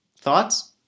Thoughts